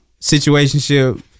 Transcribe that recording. Situationship